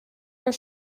are